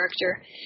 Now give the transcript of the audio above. character